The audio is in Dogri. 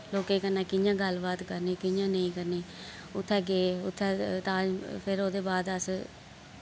लोकें कन्नै कि'यां गल्ल बात करनी कियां निं करनी उत्थै गे उत्थै ताज फिर ओह्दे बाद अस